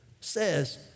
says